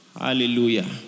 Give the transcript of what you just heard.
Hallelujah